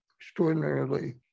extraordinarily